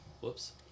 Whoops